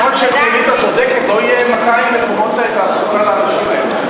לא יהיו 200 מקומות תעסוקה לאנשים האלה.